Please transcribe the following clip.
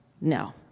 no